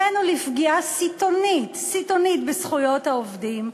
הבאנו לפגיעה סיטונית בזכויות העובדים.